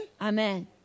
Amen